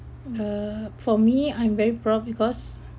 uh for me I'm very proud because